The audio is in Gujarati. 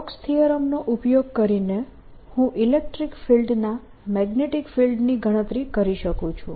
સ્ટોક્સ થીયરમ નો ઉપયોગ કરીને હું ઇલેક્ટ્રીક ફિલ્ડના મેગ્નેટીક ફિલ્ડની ગણતરી કરી શકું છું